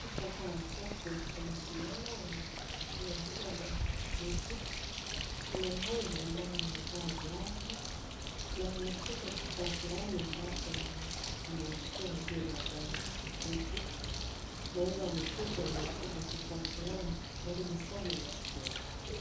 kisha hawa watatu wamesimama wamemwangalia yule ambaye ameketi kuna mmoja ambaye amevaa glavu na ameshika kifaa fulani ambacho amemwoshea yule ambaye ameketi na yule ameketi ameshika kifaa fulani karibu sana na skio lake.